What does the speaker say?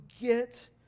get